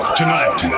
tonight